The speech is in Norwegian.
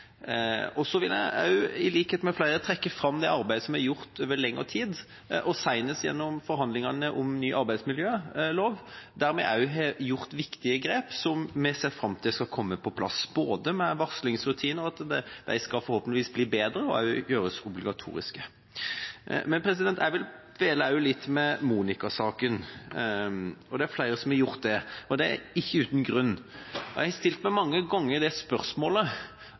viktig. Så vil jeg også, i likhet med flere, trekke fram det arbeidet som er gjort over lengre tid, og senest gjennom forhandlingene om ny arbeidsmiljølov, der vi også har tatt viktige grep som vi ser fram til skal komme på plass. Det gjelder varslingsrutiner, at de forhåpentligvis skal bli bedre og også gjøres obligatoriske. Men jeg vil dvele også litt ved Monika-saken. Det er flere som har gjort det, og det er ikke uten grunn. Jeg har mange ganger stilt meg spørsmålet: